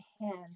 hand